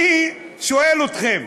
אני שואל אתכם,